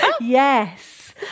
yes